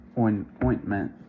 ointment